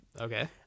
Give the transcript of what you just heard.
okay